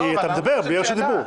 כי אתה מדבר בלי רשות דיבור.